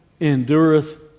endureth